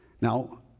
Now